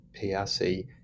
PRC